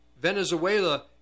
Venezuela